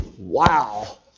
Wow